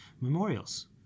memorials